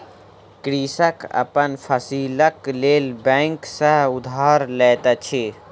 कृषक अपन फसीलक लेल बैंक सॅ उधार लैत अछि